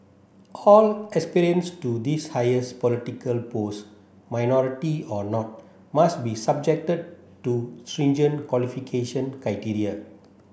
all aspirants to this highest political post minority or not must be subjected to stringent qualification criteria